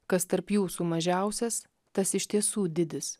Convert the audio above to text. kas tarp jūsų mažiausias tas iš tiesų didis